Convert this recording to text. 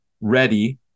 ready